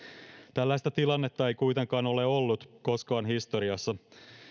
tällaista tilannetta ei kuitenkaan ole ollut koskaan historiassa